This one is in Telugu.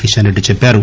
కిషన్ రెడ్జి చెప్పారు